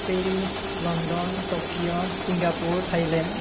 Paris London Tokyo Singapore Thailand